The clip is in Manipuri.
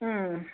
ꯎꯝ